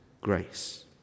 grace